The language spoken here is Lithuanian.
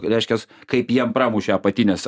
reiškias kaip jiem pramušė apatines